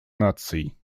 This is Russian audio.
наций